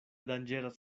danĝeras